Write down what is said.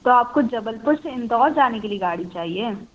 तो आपको जबलपुर से इंदौर जाने के लिए गाड़ी चाहिए